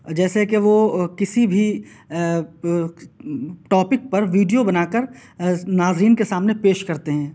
جیسے کہ وہ کسی بھی ٹاپک پر ویڈیو بناکر ناظرین کے سامنے پیش کرتے ہیں